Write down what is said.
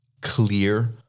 clear